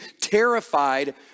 terrified